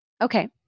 Okay